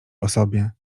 osobie